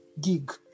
gig